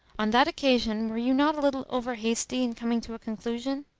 on that occasion were you not a little over-hasty in coming to a conclusion?